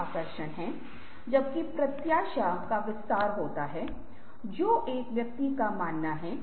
और ऐसे लोग निश्चित रूप से हैं जैसे अत्यधिक रचनात्मक लोग ऐसे व्यवसायी भी दुर्लभ हैं